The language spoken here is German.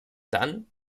dann